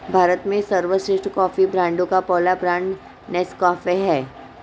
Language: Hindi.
भारत में सर्वश्रेष्ठ कॉफी ब्रांडों का पहला ब्रांड नेस्काफे है